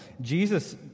Jesus